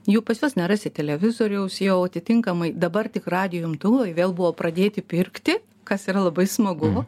jų pas juos nerasi televizoriaus jau atitinkamai dabar tik radijo imtuvai vėl buvo pradėti pirkti kas yra labai smagu